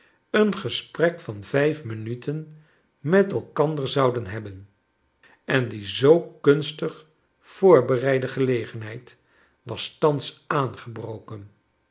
een gesprek van vijf minuten met elkander zou den hebben en die zoo kunstig voorbereide gelegenheid was thans aangebroken